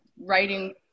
writing